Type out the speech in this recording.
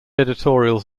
editorials